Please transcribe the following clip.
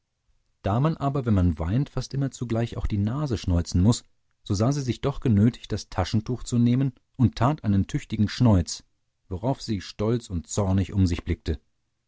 da man aber wenn man weint fast immer zugleich auch die nase schneuzen muß so sah sie sich doch genötigt das taschentuch zu nehmen und tat einen tüchtigen schneuz worauf sie stolz und zornig um sich blickte